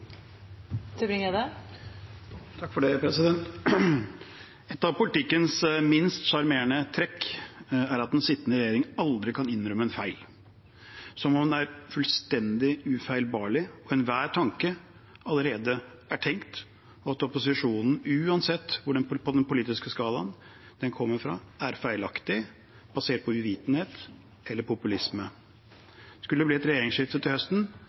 at den sittende regjering aldri kan innrømme en feil, som om den er fullstendig ufeilbarlig og enhver tanke allerede er tenkt, og at opposisjonen, uansett hvor på den politiske skalaen den kommer fra, er feilaktig, basert på uvitenhet eller populisme. Skulle det bli et regjeringsskifte til høsten,